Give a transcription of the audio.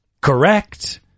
correct